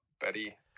Betty